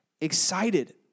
excited